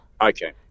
Okay